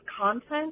content